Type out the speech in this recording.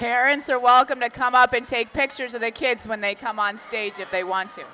parents are welcome to come up and take pictures of their kids when they come onstage if they want